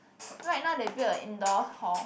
right now they build a indoor hall